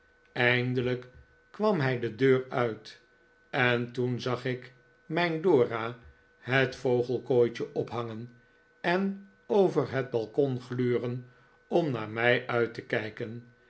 eindelijk kwam hij de deur uit en toen zag ik mijn dora het vogelkooitje ophangen en over het balkon gluren om naar mij uit te kijken